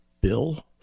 Bill